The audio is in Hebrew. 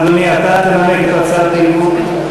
אדוני, אתה תנמק את הצעת האי-אמון?